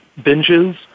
binges